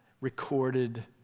recorded